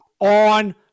on